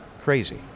Crazy